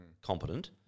competent